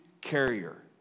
carrier